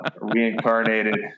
reincarnated